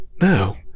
No